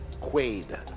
Quaid